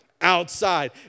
Outside